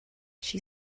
she